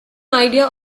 idea